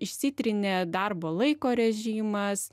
išsitrynė darbo laiko režimas